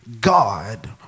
God